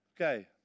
Okay